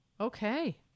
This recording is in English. Okay